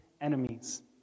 enemies